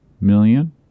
million